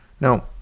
Now